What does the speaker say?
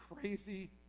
crazy